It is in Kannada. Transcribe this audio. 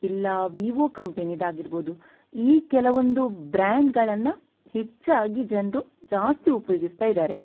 ಇಲ್ಲ ವಿವೋ ಕಂಪೆನಿದಾಗಿರಬಹುದು ಈ ಕೆಲವೊಂದು ಬ್ರ್ಯಾಂಡ್ಗಳನ್ನು ಹೆಚ್ಚಾಗಿ ಜನರು ಜಾಸ್ತಿ ಉಪಯೋಗಿಸ್ತಾ ಇದ್ದಾರೆ